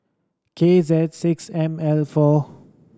K Z six M L four